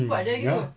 mm ya lah